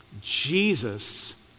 Jesus